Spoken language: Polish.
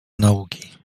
nauki